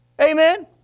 Amen